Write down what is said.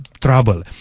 trouble